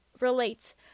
relates